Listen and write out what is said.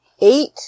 eight